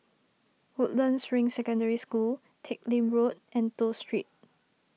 Woodlands Ring Secondary School Teck Lim Road and Toh Street